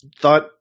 thought